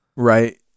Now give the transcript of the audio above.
right